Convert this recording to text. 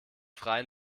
freien